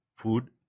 Food